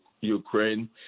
Ukraine